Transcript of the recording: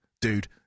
dude